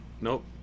nope